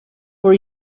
for